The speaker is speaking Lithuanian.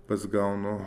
pats gaunu